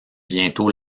bientôt